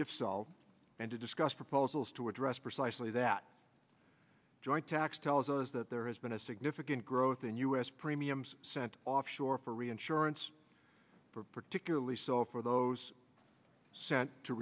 if solved and to discuss proposals to address precisely that joint tax tells us that there has been a significant growth in u s premiums sent offshore for reinsurance for particularly so for those sent to